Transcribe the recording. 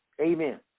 Amen